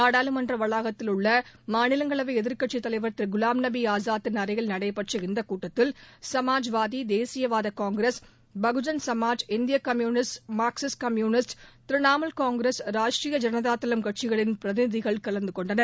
நாடாளுமன்ற வளாகத்தில் உள்ள மாநிலங்களவை எதிர்கட்சித் தலைவர் திரு குலாம்நபி ஆசாத்தின் அறையில் நடைபெற்ற இந்தக்கூட்டத்தில் சமாஜ்வாதி தேசியவாத காங்கிரஸ் பகுஜன் சமாஜ் இந்திய Communist Marxist Communist Trinamool Congress Rashtriya ஜனதாதளம் கட்சிகளின் பிரதிநிதிகள் கலந்துகொண்டனர்